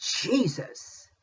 Jesus